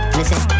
listen